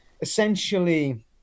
essentially